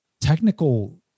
technical